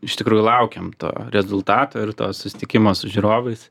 iš tikrųjų laukėm to rezultato ir to susitikimo su žiūrovais